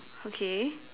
okay